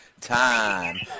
time